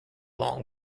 long